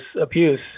abuse